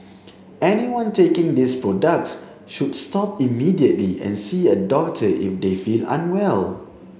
anyone taking these products should stop immediately and see a doctor if they feel unwell